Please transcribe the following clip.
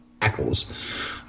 tackles